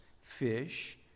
fish